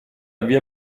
via